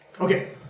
Okay